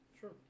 Sure